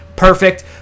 Perfect